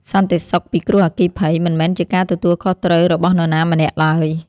សន្តិសុខពីគ្រោះអគ្គីភ័យ មិនមែនជាការទទួលខុសត្រូវរបស់នរណាម្នាក់ឡើយ។